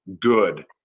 good